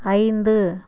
ஐந்து